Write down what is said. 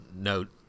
note